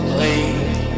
late